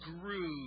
grew